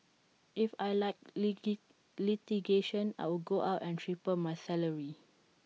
if I liked litigation I would go out and triple my salary